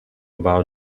about